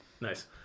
Nice